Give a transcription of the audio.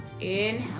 Inhale